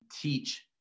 teach